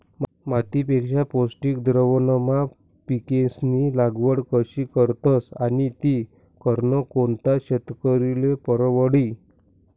मातीपेक्षा पौष्टिक द्रावणमा पिकेस्नी लागवड कशी करतस आणि ती करनं कोणता शेतकरीले परवडी?